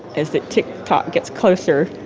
as that tick tock gets closer,